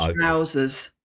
trousers